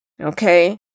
okay